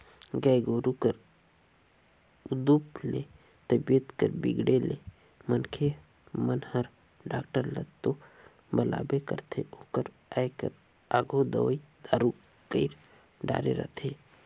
गाय गोरु कर उदुप ले तबीयत कर बिगड़े ले मनखे मन हर डॉक्टर ल तो बलाबे करथे ओकर आये कर आघु दवई दारू कईर डारे रथें